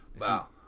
Wow